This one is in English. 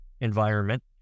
environment